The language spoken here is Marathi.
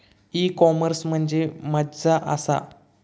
ई कॉमर्स म्हणजे मझ्या आसा?